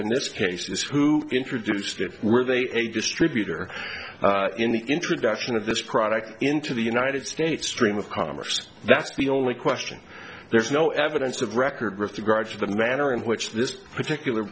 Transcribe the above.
in this case disk who introduced it were they a distributor in the introduction of this product into the united states stream of commerce that's the only question there's no evidence of record rift a grudge or the manner in which this particular